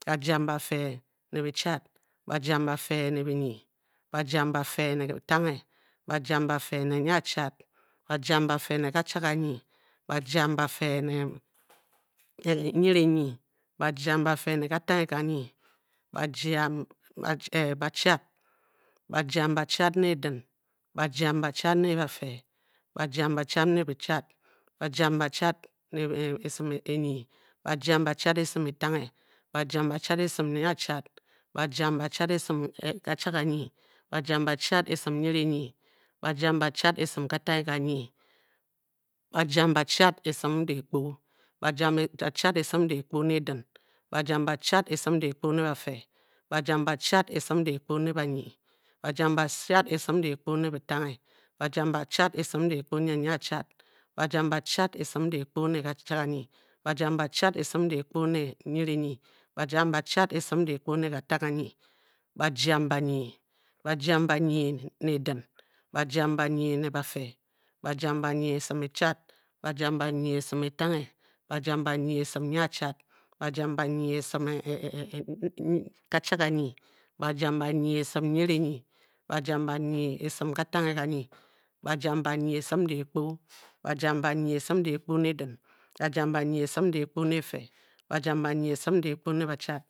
Bajam bafe ne bichad. bajam bafe ne binyi. bajam bafe ne bitangle. bajam bafe ne nyiachad. bajam bafe ne kachad ganyi. bajam bafe ne nyirinyi. bajam bafe ne katanghekanyi. bajam bachad. bajam bachad ne edin. bajam bachad ne bife. bajam bachad ne bichad. bajam bachad esim onyi. bajam bachad esim bitanghe. bajam bachad esim nyiachad. bajam bachad esim kachadganyi. bajam bachad esim nyirinyin. bajam bachad esim katanghe ganyi. bajam bachad esim dehkpo. bajam bachad esim dehkpo ne dii. bajam bachad esim dehkpo ne bafe. bajam bachad esim ne bachad. bajam bachad esim dehkpo ne banye. bajam bachad esim dehkpo ne bitangle. bajam bachad esim dehkpo ne nyiachad. bajam bachad esim dehkpo ne kachad ganyi. bajam bachad esim dehkpo ne nyirinyi. bajam bachad esim dehkpo ne katangheganyi. bajam banyi. bajam banyi ne din. bajam banyi ne bafe. bajam banyi ne esim echad. bajam banyi esim etangle. bajam banyi esim nyiachad. bajam banyi esim kachadganyi. bajam banyi esim nyirinyi. bajam banyi esim katangheganyi. bajam banyi esim dehkpo. bajam banyi esim dehkpo ne din. bajam banyi esim dehkpo ne efe. bajam banyi esim dehkpo ne bachad